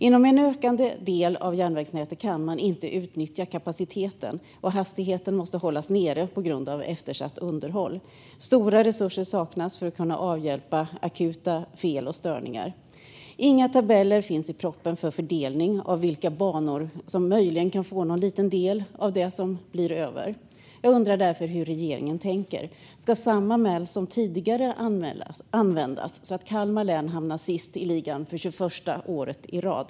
Inom en ökande del av järnvägsnätet kan man inte utnyttja kapaciteten, och hastigheten måste hållas nere på grund av eftersatt underhåll. Stora resurser saknas för att kunna avhjälpa akuta fel och störningar. Inga tabeller finns i propositionen för fördelning av vilka banor som möjligen kan få någon liten del av det som blir över. Jag undrar därför hur regeringen tänker. Ska samma mall som tidigare användas, så att Kalmar län hamnar sist i ligan för 21:a året i rad?